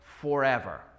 forever